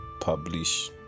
publish